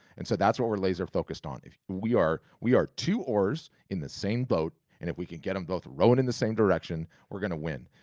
and so, that's what we're laser-focused on. we are we are two oars in the same boat and if we can get them both rowing in the same direction, we're gonna win.